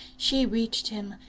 she reached him,